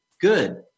Good